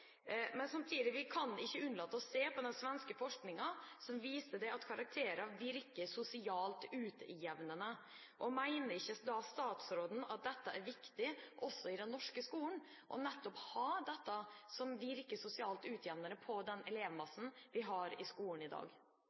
Men samtidig: Vi kan ikke unnlate å se på den svenske forskningen som viste at karakterer virker sosialt utjevnende. Mener ikke statsråden at det er viktig også i den norske skolen nettopp å ha dette som virker sosialt utjevnende på elevmassen vi har i skolen i dag?